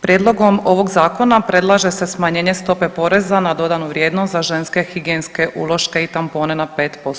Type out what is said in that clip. Prijedlogom ovog Zakona predlaže se smanjenje stope poreza na dodanu vrijednost za ženske higijenske uloške i tampone na 5%